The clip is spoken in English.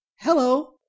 Hello